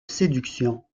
séduction